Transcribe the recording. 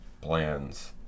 plans